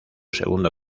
segundo